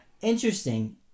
interesting